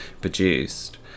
produced